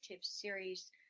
series